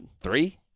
Three